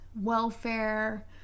welfare